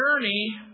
journey